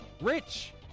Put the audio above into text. Rich